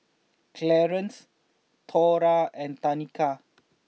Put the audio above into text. Clearence Thora and Tanika